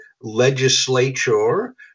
legislature